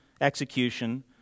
Execution